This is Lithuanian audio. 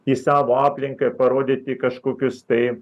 į savo aplinką parodyti kažkokius tai